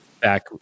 back